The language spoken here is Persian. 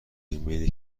ایمیلی